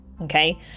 Okay